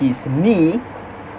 his knee